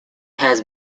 has